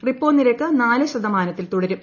repo നിരക്ക് നാലു ശതമാനത്തിൽ തുടരും